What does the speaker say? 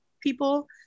people